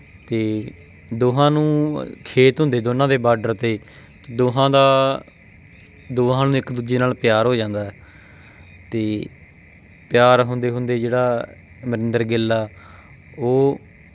ਅਤੇ ਦੋਹਾਂ ਨੂੰ ਖੇਤ ਹੁੰਦੇ ਦੋਨਾਂ ਦੇ ਬਾਰਡਰ 'ਤੇ ਦੋਹਾਂ ਦਾ ਦੋਹਾਂ ਨੂੰ ਇੱਕ ਦੂਜੇ ਨਾਲ ਪਿਆਰ ਹੋ ਜਾਂਦਾ ਹੈ ਅਤੇ ਪਿਆਰ ਹੁੰਦੇ ਹੁੰਦੇ ਜਿਹੜਾ ਅਮਰਿੰਦਰ ਗਿੱਲ ਆ ਉਹ